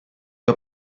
più